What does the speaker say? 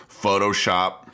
Photoshop